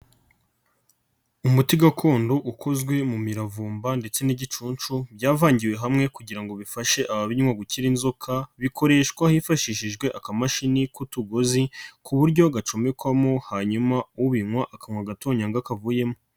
Umuti gakondo ukozwe mu miravumba ndetse n'igicunshu byavangiwe hamwe kugira ngo bifashe ababinywa gukira inzoka bikoreshwa hifashishijwe akamashini k'utugozi ku buryo gacomekwamo hanyuma ubinywa akanywa agatonyanga kavuyemo.